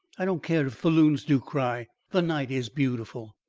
i don't care if the loons do cry the night is beautiful.